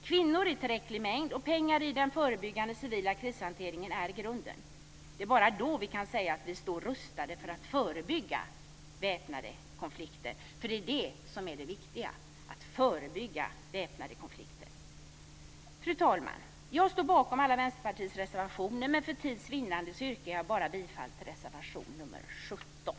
Kvinnor i tillräcklig mängd och pengar i den förebyggande och civila krishanteringen är grunden. Det är bara då vi kan säga att vi står rustade för att förebygga väpnade konflikter. Det är det som är det viktiga: att förebygga väpnade konflikter. Fru talman! Jag står bakom alla Vänsterpartiets reservationer, men för tids vinnande yrkar jag bifall bara till reservation nr 17.